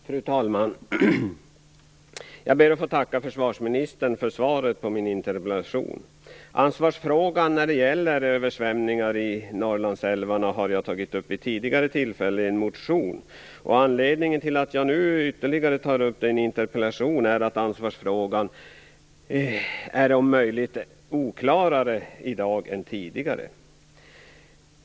Fru talman! Jag ber att få tacka försvarsministern för svaret på min interpellation. Ansvarsfrågan när det gäller översvämningar i Norrlandsälvarna har jag tagit upp vid ett tidigare tillfälle i en motion. Anledningen till att jag tar upp frågan ytterligare en gång i en interpellation är att ansvarsfrågan i dag är om möjligt oklarare än tidigare.